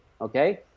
okay